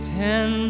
ten